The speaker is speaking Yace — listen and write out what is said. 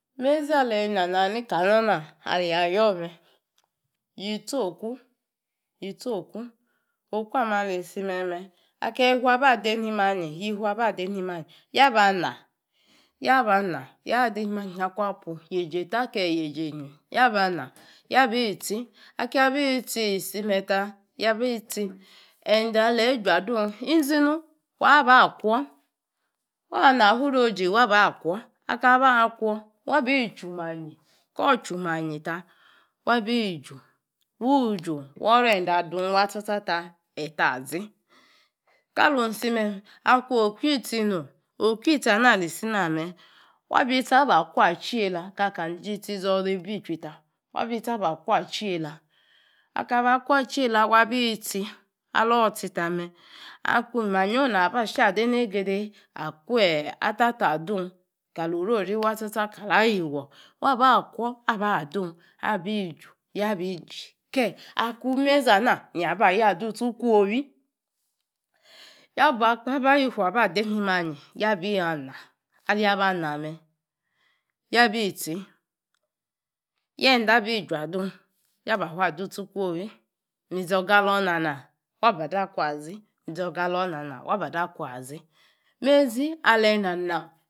Meizi aleyi nanang ni ka nor na aleyi a'yoor ma yi tsi oku oku ame alisi meme akiyi fuaba dei ni manyi ya ba naa yaa dei ni manyi akung appu yeifi eita ke yeji einyi ya ba na yabi itchi akiyi abi tsi isime ta ende aleyi jua dung izinu wa ba kwor wa na funoji wa ba kwor. Aka ba kwor wabi ju imanyi kooh ju manyi ta wabi ju wuju worende adung wa cha cha ta etazi kalung isime akung oku yiitsi nom oku yitsi ana alisi na me wa bi itsi aba kwo a tsi yeila kaka zi yitsi nor ora ibi tchuita aka ba kwor atcheila wa bi tsi ala bi tsi ta nue kung imanyi ong na ba sha adei neigei dei akuu alala adung kali orori wa cha cha kala ayiuor wa ba kwor aba dung alu iju yaba zi ke akung imei zi ona ya ba yaa adu tsi ikwowi yaba akpo abi fu aba a dei ni manyi ya bia ana ali ya ye ende abi jua dung ya ba fua adutsi ikioo wi wa ba dakwa zi mi zoga alung na nang wa bada kwa zi imeizi aleyi na nung